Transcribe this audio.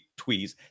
tweez